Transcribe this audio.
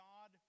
God